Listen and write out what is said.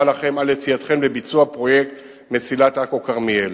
לכם על יציאתכם לביצוע פרויקט מסילת עכו כרמיאל.